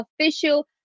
official